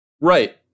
Right